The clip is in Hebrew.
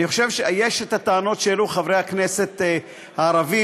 יש את הטענות שהעלו חברי הכנסת הערבים.